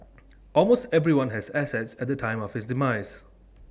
almost everyone has assets at the time of his demise